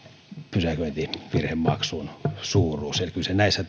pysäköintivirhemaksun suuruus kyllä se näissä